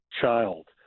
child